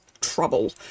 trouble